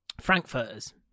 Frankfurters